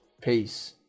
peace